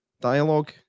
dialogue